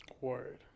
Word